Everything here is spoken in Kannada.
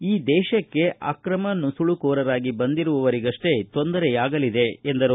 ಈ ದೇಶಕ್ಕೆ ಅಕ್ರಮ ನುಸುಳುಕೋರರಾಗಿ ಬಂದಿರುವರಿಗಷ್ಟೇ ತೊಂದರೆಯಾಗಲಿದೆ ಎಂದರು